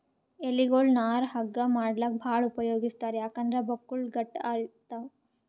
ಎಲಿಗೊಳ್ ನಾರ್ ಹಗ್ಗಾ ಮಾಡ್ಲಾಕ್ಕ್ ಭಾಳ್ ಉಪಯೋಗಿಸ್ತಾರ್ ಯಾಕಂದ್ರ್ ಬಕ್ಕುಳ್ ಗಟ್ಟ್ ಇರ್ತವ್